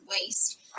waste